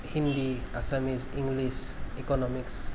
Hindi Assamese English economics